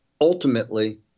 Ultimately